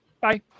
bye